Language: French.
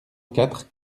quatre